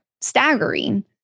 staggering